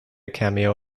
cameo